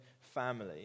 family